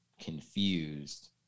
confused